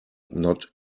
not